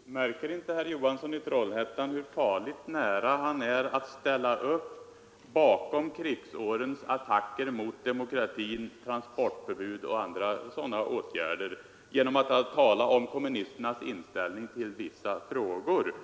Herr talman! Märker inte herr Johansson i Trollhättan hur farligt nära han är att ställa upp bakom krigsårens attacker mot demokratin — transportförbud och andra sådana åtgärder — genom talet om kommunisternas inställning till vissa frågor?